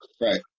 Right